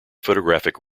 photographic